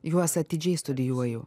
juos atidžiai studijuoju